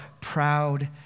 proud